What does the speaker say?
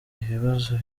ibibazo